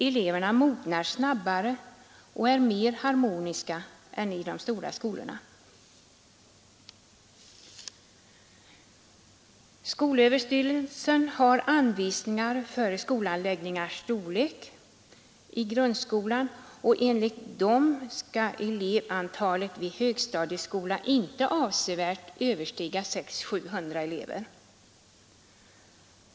De mognar snabbare och är mer harmoniska i den lilla än i den stora skolan. lek i grundskolan, och enligt dem skall elevantalet i högstadieskola inte avsevärt överstiga 600—700 elever.